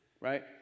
right